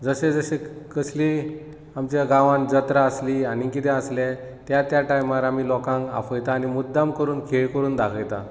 जशें जशें कसली आमच्या गांवान जात्रा आसली आनी कितें आसलें त्या त्या टायमार आमी लोकांक आफयता आनी मुद्दांम करून खेळ करून दाखयता